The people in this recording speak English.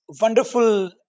wonderful